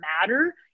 matter